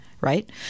Right